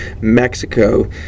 Mexico